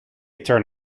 turn